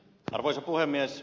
arvoisa puhemies